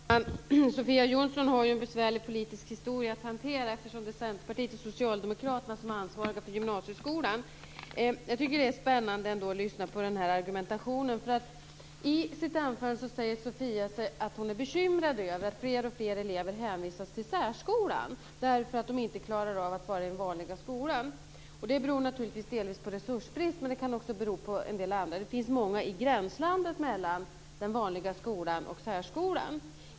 Fru talman! Sofia Jonsson har ju en besvärlig politisk historia att hantera, eftersom det är Centerpartiet och Socialdemokraterna som är ansvariga för vår gymnasieskola. Jag tycker ändå att det är spännande att lyssna på den här argumentationen. I sitt anförande säger Sofia Jonsson att hon är bekymrad över att fler och fler elever hänvisas till särskolan, därför att de inte klarar av att vara i den vanliga skolan. Det beror naturligtvis delvis på resursbrist, men det kan också bero på en del andra saker. Det finns många i gränslandet mellan den vanliga skolan och särskolan.